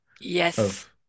Yes